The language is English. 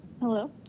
Hello